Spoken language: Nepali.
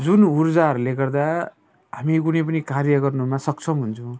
जुन ऊर्जाहरूले गर्दा हामी कुनै पनि कार्य गर्नुमा सक्षम हुन्छौँ